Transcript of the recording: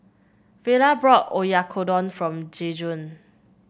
Vela brought Oyakodon for Jajuan